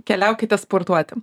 keliaukite sportuoti